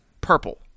purple